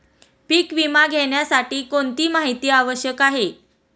पीक विमा घेण्यासाठी कोणती माहिती आवश्यक आहे?